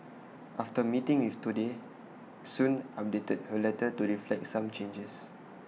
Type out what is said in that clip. after meeting with Today Soon updated her letter to reflect some changes